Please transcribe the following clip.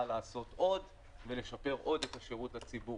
לעשות עוד ולשפר עוד את השירות לציבור.